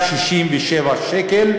ל-167 שקל,